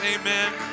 Amen